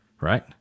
Right